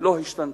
לא השתנתה,